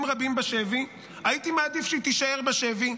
רבים בשבי: הייתי מעדיף שהיא תישאר בשבי.